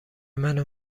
منو